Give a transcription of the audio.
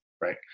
right